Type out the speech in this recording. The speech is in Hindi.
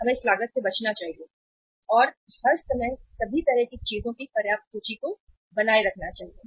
हमें इस लागत से बचना चाहिए और हर समय सभी तरह की चीजों की पर्याप्त सूची को बनाए रखना चाहिए